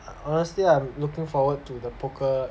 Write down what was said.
honestly I'm looking forward to the poker